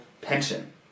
pension